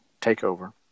Takeover